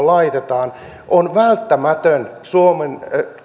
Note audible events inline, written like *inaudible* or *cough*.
*unintelligible* laitetaan on välttämätön